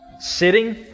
sitting